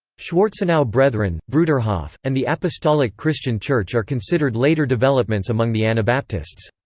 schwarzenau brethren, bruderhof, and the apostolic christian church are considered later developments among the anabaptists.